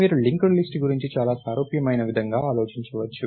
మీరు linked list గురించి చాలా సారూప్యమైన విధంగా ఆలోచించవచ్చు